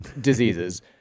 diseases